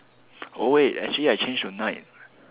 wait actually I change to night